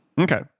Okay